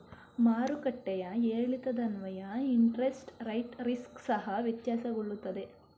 ಮಾರುಕಟ್ಟೆಯ ಏರಿಳಿತದನ್ವಯ interest rate risk ಸಹ ವ್ಯತ್ಯಾಸಗೊಳ್ಳುತ್ತದೆ